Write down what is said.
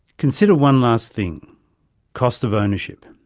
consider one last thing cost of ownership.